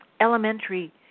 elementary